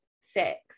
six